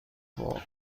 خورد